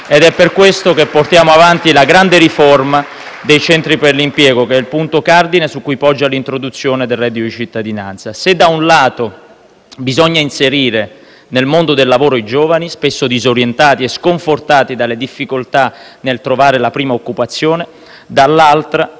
ed è per questo che portiamo avanti la grande riforma dei centri per l'impiego, che è il punto cardine su cui poggia l'introduzione del reddito di cittadinanza. Se da un lato bisogna inserire nel mondo del lavoro i giovani, spesso disorientati e sconfortati dalle difficoltà nel trovare la prima occupazione, dall'altro